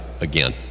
again